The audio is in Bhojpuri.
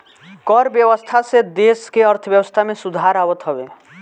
कर व्यवस्था से देस के अर्थव्यवस्था में सुधार आवत हवे